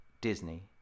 Disney